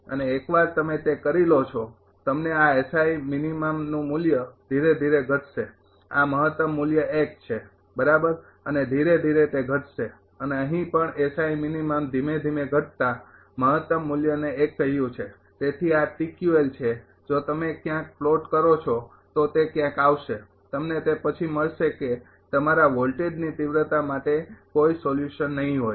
અને એકવાર તમે તે કરી લો છો તમને આ નું મૂલ્ય ધીરે ધીરે ઘટશે આ મહત્તમ મૂલ્ય છે બરાબર અને ધીરે ધીરે તે ઘટશે અને અહીં પણ ધીમે ધીમે ઘટતા મહત્તમ મૂલ્યને ૧ કહ્યું છે તેથી આ છે જો તમે ક્યાંક પ્લોટ કરો છો તો તે ક્યાંક આવશે તમને તે પછી મળશે કે તમારા વોલ્ટેજની તીવ્રતા માટે કોઈ સોલ્યુશન નહીં હોય